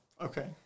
Okay